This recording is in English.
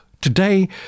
Today